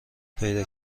پیدا